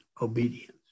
obedience